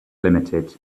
limited